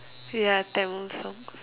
ya Tamil songs